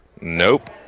Nope